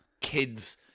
kids